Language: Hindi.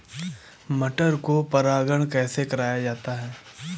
मटर को परागण कैसे कराया जाता है?